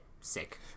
sick